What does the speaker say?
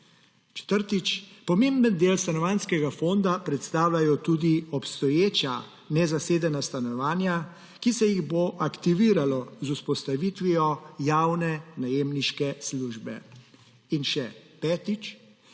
Četrtič. Pomemben del Stanovanjskega fonda predstavljajo tudi obstoječa nezasedena stanovanja, ki se jih bo aktiviralo z vzpostavitvijo javne najemniške službe. Še petič.